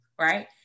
Right